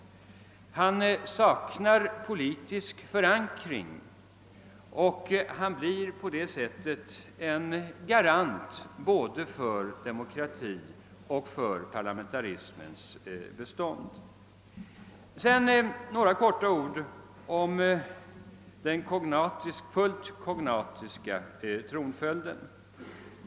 Han saknar politisk förankring och blir därigenom en garant både för demokratins och för parlamentarismens bestånd. Sedan vill jag säga några ord i korthet om den fullt kognatiska tronföljden.